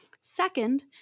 Second